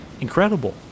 incredible